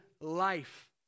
life